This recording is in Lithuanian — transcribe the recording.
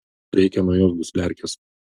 reikia naujos dusliarkės